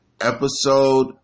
Episode